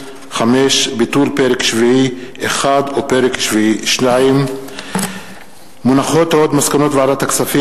5. ביטול פרק שביעי 1 ופרק שביעי 2. מסקנות ועדת הכספים